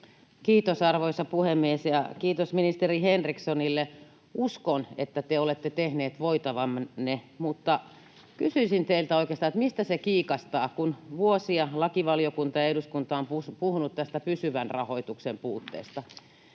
Kiitos, arvoisa puhemies! Ja kiitos ministeri Henrikssonille. Uskon, että te olette tehnyt voitavanne, mutta kysyisin teiltä oikeastaan, mistä se kiikastaa, kun vuosia lakivaliokunta ja eduskunta on puhunut tästä pysyvän rahoituksen puutteesta